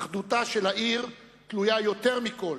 אחדותה של העיר תלויה יותר מכול